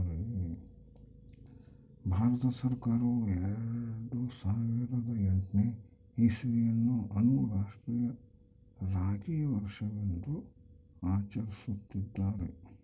ಭಾರತ ಸರ್ಕಾರವು ಎರೆಡು ಸಾವಿರದ ಎಂಟನೇ ಇಸ್ವಿಯನ್ನು ಅನ್ನು ರಾಷ್ಟ್ರೀಯ ರಾಗಿ ವರ್ಷವೆಂದು ಆಚರಿಸುತ್ತಿದ್ದಾರೆ